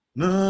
no